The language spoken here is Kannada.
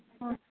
ಹ್ಞೂ